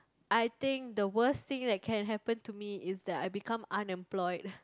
I think the worst thing that can happen to me is that I become unemployed